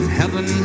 heaven